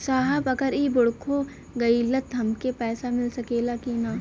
साहब अगर इ बोडखो गईलतऽ हमके पैसा मिल सकेला की ना?